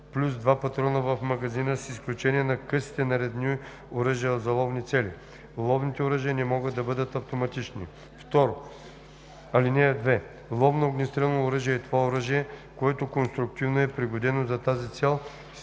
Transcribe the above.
плюс два патрона в магазина, с изключение на късите нарезни оръжия за ловни цели. Ловните оръжия не могат да бъдат автоматични. (2) Ловно огнестрелно оръжие е това оръжие, което конструктивно е пригодено за тази цел,